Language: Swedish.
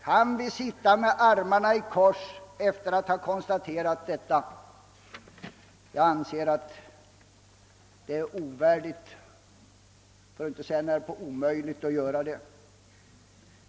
Jag anser att det skulle vara nära nog omöjligt.